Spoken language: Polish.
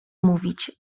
mówić